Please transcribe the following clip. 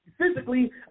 physically